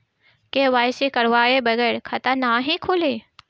KYC करवाये बगैर खाता नाही खुली?